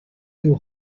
too